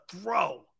throw